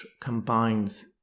combines